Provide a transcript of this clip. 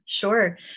sure